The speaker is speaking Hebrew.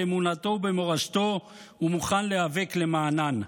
באמונתו ובמורשתו ומוכן להיאבק למענן.